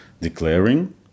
declaring